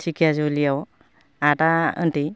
दिखियाजुलियाव आदा उन्दै